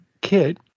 Kit